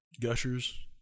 Gushers